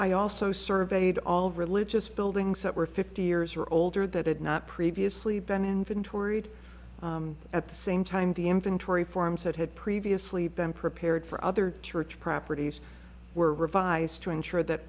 i also surveyed all religious buildings that were fifty years or older that had not previously been inventoried at the same time the inventory forms that had previously been prepared for other church properties were revised to ensure that